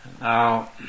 Now